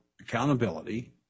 accountability